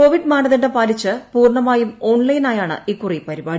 Covid മാനദണ്ഡം പാലിച്ച് പൂർണമായും ഓൺലൈനായാണ് ഇക്കുറി പരിപാടി